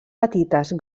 petites